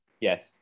Yes